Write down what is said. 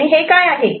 हे काय आहे